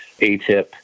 ATIP